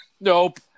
nope